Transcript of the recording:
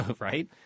Right